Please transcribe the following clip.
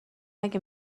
اگه